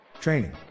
Training